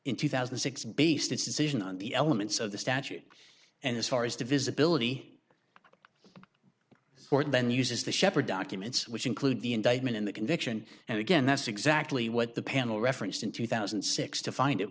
in two thousand and six based its decision on the elements of the statute and as far as the visibility for it then uses the shepherd documents which include the indictment in the conviction and again that's exactly what the panel referenced in two thousand and six to find it